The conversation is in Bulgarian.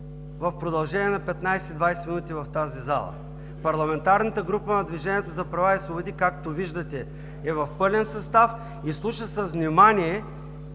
в продължение на 15 – 20 минути в тази зала. Парламентарната група на Движението за права и свободи, както виждате, е в пълен състав и слуша с нужното